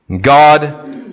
God